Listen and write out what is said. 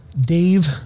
Dave